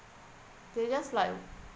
they just like